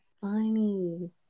funny